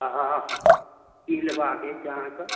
हँ हँ की लेबाक अछि अहाँकेँ